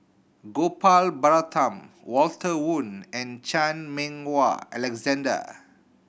Gopal Baratham Walter Woon and Chan Meng Wah Alexander